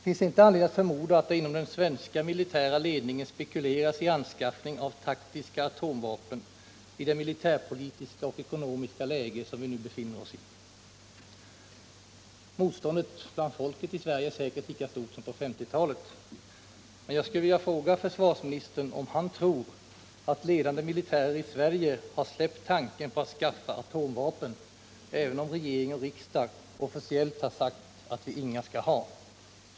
Finns det inte anledning att förmoda att det inom den svenska militära ledningen spekuleras i anskaffning av taktiska atomvapen i det militärpolitiska och ekonomiska läge som vi nu befinner oss i? Motståndet hos folket i Sverige är säkert lika stort som på 1950-talet, men jag skulle vilja fråga försvarsministern om han tror att ledande militärer i Sverige har släppt tanken på att skaffa atomvapen, även om regering och riksdag officiellt har sagt att vi inga sådana vapen skall ha.